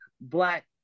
Black